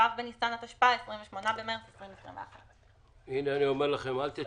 בניסן התשפ"א (28 במרץ 2021)". למה לא הארכתם את